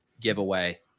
giveaway